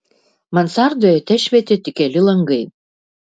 mansardoje tešvietė tik keli langai